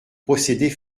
procédés